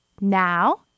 Now